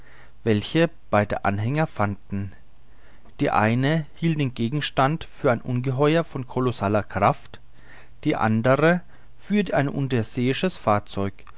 welche beide anhänger fanden die einen hielten den gegenstand für ein ungeheuer von kolossaler kraft die anderen für ein unterseeisches fahrzeug